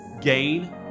gain